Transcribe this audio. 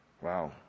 wow